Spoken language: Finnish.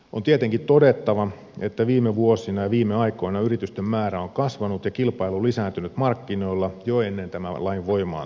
on tietenkin todettava että viime vuosina ja viime aikoina yritysten määrä on kasvanut ja kilpailu lisääntynyt markkinoilla jo ennen tämän lain voimaantuloakin